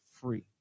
free